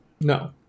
No